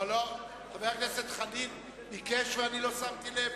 חבר הכנסת חנין ביקש, ואני לא שמתי לב.